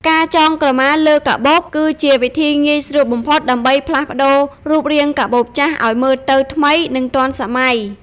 ការចងក្រមាលើកាបូប គឺជាវិធីងាយស្រួលបំផុតដើម្បីផ្លាស់ប្តូររូបរាងកាបូបចាស់ឲ្យមើលទៅថ្មី និងទាន់សម័យ។